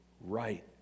right